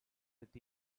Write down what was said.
with